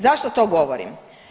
Zašto to govorim?